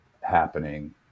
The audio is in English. happening